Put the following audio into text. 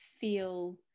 feel